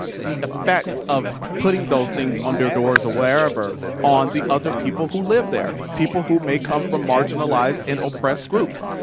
the effects of putting those things on their doors or wherever on the other people who live there, people who may come from marginalized and oppressed groups.